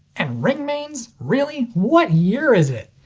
and ring mains? really? what year is it?